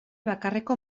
bakarreko